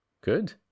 good